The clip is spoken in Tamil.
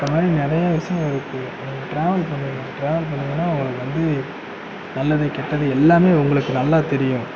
அந்தமாதிரி நிறைய விஷயங்கள் இருக்கு ட்ராவல் பண்ணுங்கள் ட்ராவல் பண்ணீங்கன்னா உங்களுக்கு வந்து நல்லது கெட்டது எல்லாமே உங்களுக்கு நல்லா தெரியும்